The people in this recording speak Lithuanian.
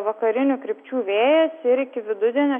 vakarinių krypčių vėjas ir iki vidudienio